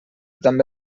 també